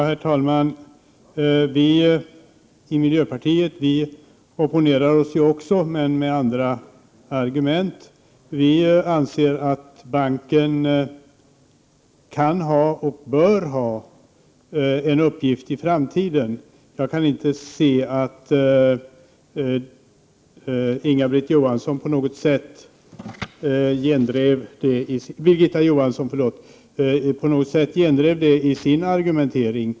Herr talman! Vi i miljöpartiet opponerar oss också, men med andra argument. Vi anser att banken kan och bör ha en uppgift i framtiden. Jag kan inte se att Birgitta Johansson på något sätt gendrev detta i sin argumentering.